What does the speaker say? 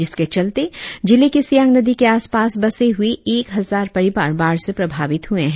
जिसके चलते जिले के सियांग नदी के आसपास बसे हुए एक हजार परिवार बाढ़ से प्रभावित हुए है